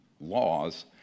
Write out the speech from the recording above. laws